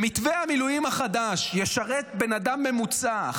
במתווה המילואים החדש ישרת בן אדם ממוצע,